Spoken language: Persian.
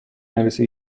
نرسه